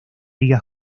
liga